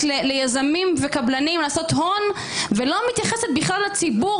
רק ליזמים ולקבלנים לעשות הון ולא מתייחסת בכלל לציבור